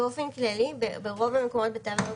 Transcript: כבר בתו הירוק